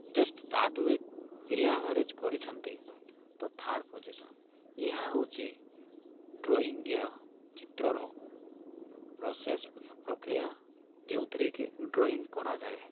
just ତା'ଠ ବି ବିଲ ଆଭାରେଜ କରିଛନ୍ତି ତ ଥାର୍ଡ଼ ପୋଜିସନ୍ ଏହା ହେଉଛି ଡ୍ରଇଂ ୟା ଚିତ୍ରର ପ୍ରସେସ ପ୍ରକ୍ରିୟା ଯେଉଁଥିରେକି ଡ୍ରଇଂ କରାଯାଏ